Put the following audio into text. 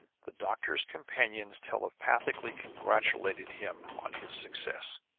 the doctor's companions telepathically congratulated him on his success.